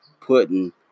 putting